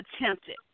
attempted